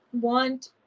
want